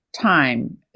time